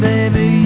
Baby